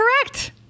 correct